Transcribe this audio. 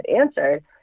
answered